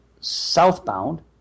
Southbound